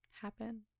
happen